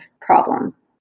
problems